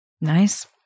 Nice